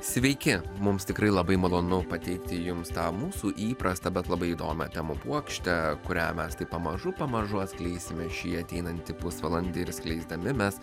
sveiki mums tikrai labai malonu pateikti jums tą mūsų įprastą bet labai įdomią temų puokštę kurią mes taip pamažu pamažu atskleisime šį ateinantį pusvalandį ir skleisdami mes